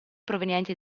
provenienti